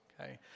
Okay